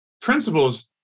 principles